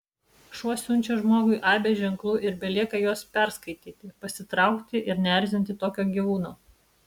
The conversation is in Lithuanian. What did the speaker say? šuo siunčia žmogui aibę ženklų ir belieka juos perskaityti pasitraukti ir neerzinti tokio gyvūno